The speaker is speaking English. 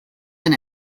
than